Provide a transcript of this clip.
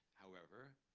however,